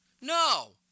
No